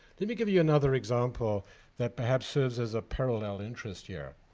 let me give you another example that perhaps serve as a parallel interest here.